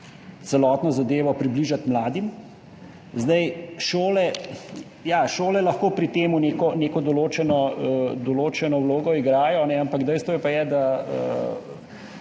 celotno zadevo približati mladim. Šole lahko pri tem igrajo neko določeno vlogo, ampak dejstvo pa je, da